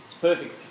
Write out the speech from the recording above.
perfect